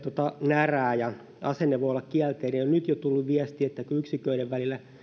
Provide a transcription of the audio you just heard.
närää ja asenne voi olla kielteinen nyt jo on tullut viestiä että kun yksiköiden välillä